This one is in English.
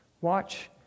Watch